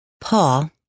Paul